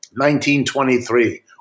1923